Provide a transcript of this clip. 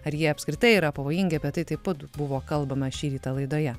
ar jie apskritai yra pavojingi apie tai taip pat buvo kalbama šį rytą laidoje